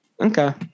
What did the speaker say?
Okay